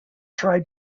tried